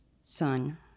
son